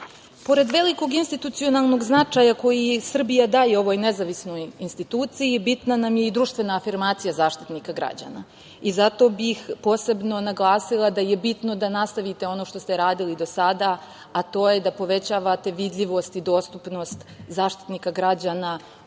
velikog institucionalnog značaja koji Srbija daje ovoj nezavisnoj instituciji bitna nam je i društvena afirmacija Zaštitnika građana i zato bih posebno naglasila da je bitno da nastavite ono što ste radili do sada, a to je da povećavate vidljivost i dostupnost Zaštitnika građana,